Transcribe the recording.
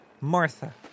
Martha